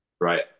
Right